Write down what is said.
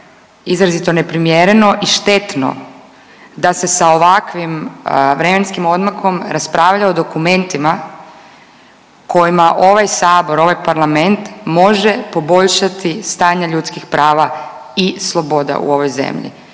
izrazito neprimjereno i štetno da se sa ovakvim vremenskim odmakom raspravlja o dokumentima kojima ovaj sabor, ovaj parlament može poboljšati stanje ljudskih prava i sloboda u ovoj zemlji.